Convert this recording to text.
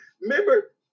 Remember